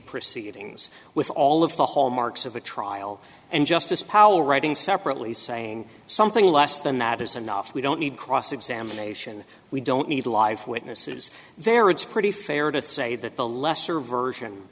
proceedings with all of the hallmarks of a trial and justice power writing separately saying something less than that is enough we don't need cross examination we don't need live witnesses there it's pretty fair to say that the lesser version